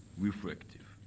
reflective.